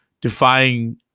defying